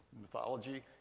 mythology